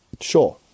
sure